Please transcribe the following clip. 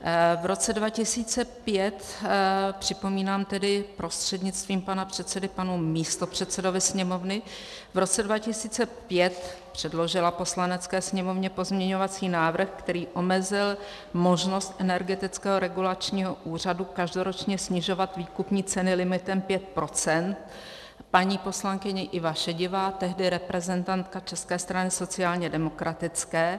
V roce 2005, připomínám tedy prostřednictvím pana předsedy panu místopředsedovi Sněmovny, v roce 2005 předložila Poslanecké sněmovně pozměňovací návrh, který omezil možnost Energetického regulačního úřadu každoročně snižovat výkupní ceny limitem pět procent, paní poslankyně Iva Šedivá, tehdy reprezentantka České strany sociálně demokratické.